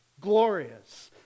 Glorious